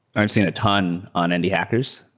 i've seen a ton on indie hackers.